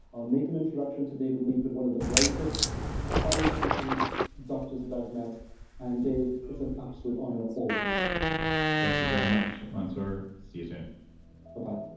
i'll make an introduction to david lippert, one of the brightest forward thinking doctors that i've met and dave, it's an absolute honor always thank you very much, mansoor. see you soon bye,